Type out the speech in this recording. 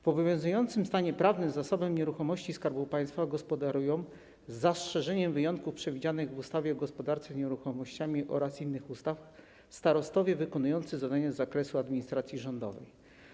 W obowiązującym stanie prawnym zasobem nieruchomości Skarbu Państwa gospodarują, z zastrzeżeniem wyjątków przewidzianych w ustawie o gospodarce nieruchomościami oraz niektórych innych ustaw, starostowie wykonujący zadania z zakresu administracji rządowej.